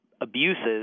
Abuses